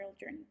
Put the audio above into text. journey